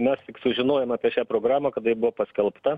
mes tik sužinojom apie šią programą kada ji buvo paskelbta